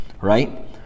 right